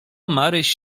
maryś